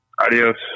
Adios